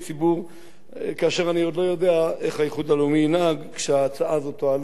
ואני עוד לא יודע איך האיחוד הלאומי ינהג כשההצעה הזאת תועלה פה במליאה.